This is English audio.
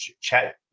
chat